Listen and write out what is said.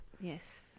Yes